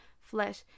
flesh